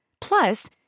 Plus